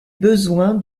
besoin